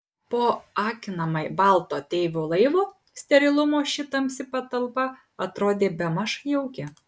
po akinamai balto ateivių laivo sterilumo ši tamsi patalpa atrodė bemaž jauki